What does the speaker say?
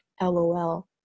lol